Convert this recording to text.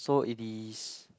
so it is